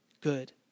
good